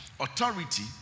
Authority